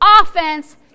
Offense